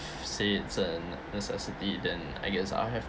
say it's a necessity then I guess I'll have